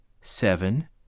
seven